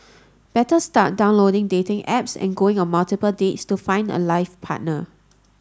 better start downloading dating apps and going on multiple dates to find a life partner